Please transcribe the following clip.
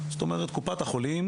זאת אומרת קופת החולים,